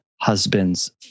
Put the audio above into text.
husbands